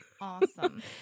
Awesome